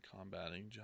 combating